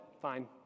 fine